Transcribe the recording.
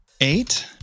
Eight